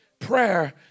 prayer